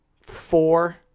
four